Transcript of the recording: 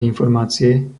informácie